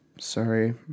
sorry